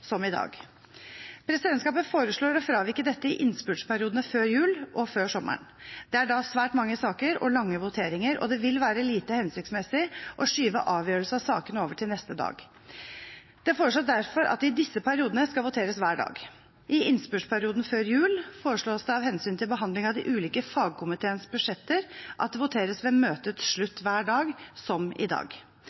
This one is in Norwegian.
som i dag. Presidentskapet foreslår å fravike dette i innspurtsperiodene før jul og før sommeren. Det er da svært mange saker og lange voteringer, og det vil være lite hensiktsmessig å skyve avgjørelse av sakene over til neste dag. Det foreslås derfor at det i disse periodene skal voteres hver dag. I innspurtsperioden før jul foreslås det av hensyn til behandling av de ulike fagkomiteenes budsjetter at det voteres ved møtets slutt hver dag, som i dag.